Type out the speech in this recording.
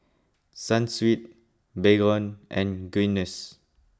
Sunsweet Baygon and Guinness